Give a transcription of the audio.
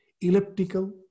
elliptical